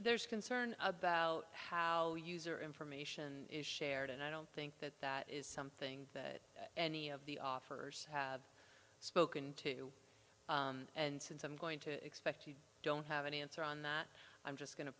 there's concern about how user information is shared and i don't think that that is something that any of the offers have spoken to and since i'm going to expect you don't have any answer on that i'm just going to